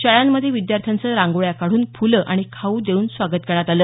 शाळांमध्ये विद्यार्थ्यांचं रांगोळ्या काढून फुलं आणि खाऊ देऊन स्वागत करण्यात आलं